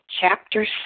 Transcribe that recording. Chapter